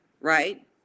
right